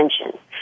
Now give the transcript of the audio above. attention